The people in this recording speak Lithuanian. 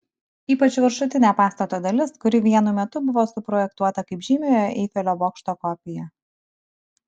ypač viršutinė pastato dalis kuri vienu metu buvo suprojektuota kaip žymiojo eifelio bokšto kopija